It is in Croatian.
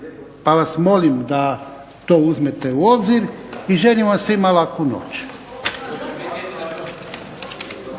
pa vas molim da to uzmete u obzir. I želim vam svima laku noć.